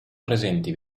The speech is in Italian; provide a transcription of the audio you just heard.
presenti